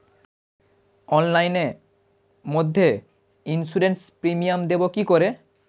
অনলাইনে মধ্যে insurance premium দেবো কি করে?